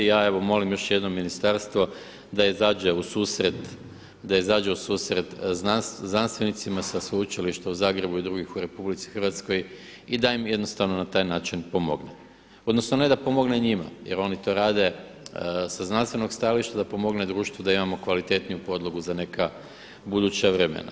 Ja evo molim još jednom ministarstvo da izađe u susret znanstvenicima sa Sveučilišta u Zagrebu i drugih u RH i da im jednostavno na taj način pomogne, odnosno ne da pomogne njima jer oni to rade sa znanstvenog stajališta, da pomogne društvu da imamo kvalitetniju podlogu za neka buduća vremena.